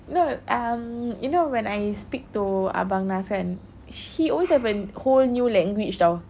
no um you know when I speak to abang naz kan sh~ he always have a whole new language [tau]